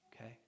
Okay